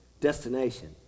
destination